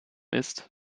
ist